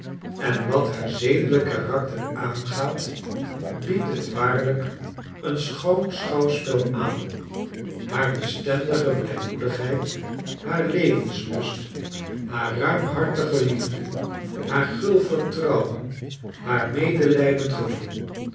en wat haar zedelijk karakter aangaat biedt het waarlijk een schoon schouwspel aan haar bestendige blijmoedigheid haar levenslust haar ruimhartige liefde haar gul vertrouwen haar medelijdend gevoel